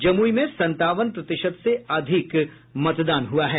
जमुई में संतावन प्रतिशत से अधिक मतदान हुआ है